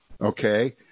okay